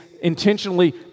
intentionally